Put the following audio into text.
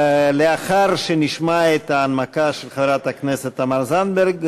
לאחר שנשמע את ההנמקה של חברת הכנסת תמר זנדברג,